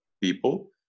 people